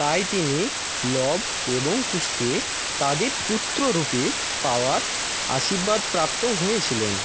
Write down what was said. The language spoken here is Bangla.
তাই তিনি লব এবং কুশকে তাদের পুত্র রূপে পাওয়ার আশীর্বাদপ্রাপ্ত হয়েছিলেন